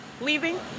leaving